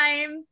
time